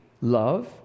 love